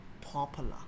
popular